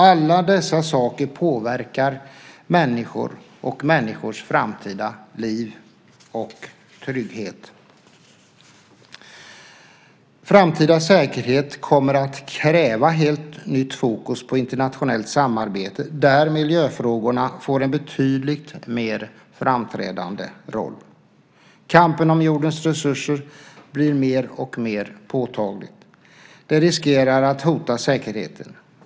Alla dessa saker påverkar människor och människors framtida liv och trygghet. Framtida säkerhet kommer att kräva helt nytt fokus på internationellt samarbete där miljöfrågorna får en betydligt mer framträdande roll. Kampen om jordens resurser blir mer och mer påtaglig. Det riskerar att hota säkerheten.